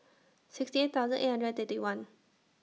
sixty eight thousand eight hundred and thirty one